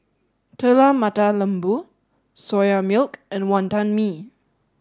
telur mata lembu soya milk and wantan mee